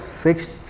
fixed